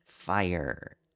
Fire